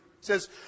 says